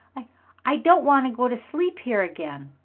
i i don't want to go to sleep here again!